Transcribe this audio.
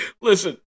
Listen